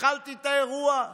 הכלתי את האירוע,